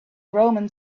roman